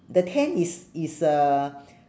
the tent is is uh